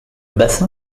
bassin